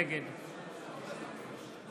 נגד